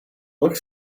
look